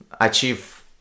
achieve